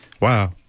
wow